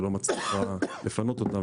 ולא מצליחה לפנות אותן.